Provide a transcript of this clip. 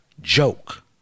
joke